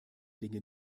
dinge